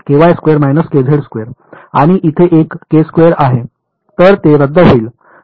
तर ते रद्द होईल मला 0 मिळेल